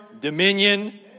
dominion